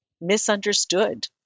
misunderstood